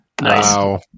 Nice